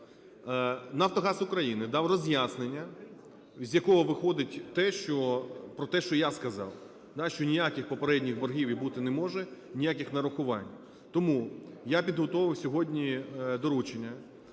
"Нафтогаз України" дав роз'яснення, з якого виходить те, що, про те, що я сказав, да, що ніяких попередніх боргів і бути не може ніяких нарахувань. Тому я підготовив сьогодні доручення